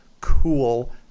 cool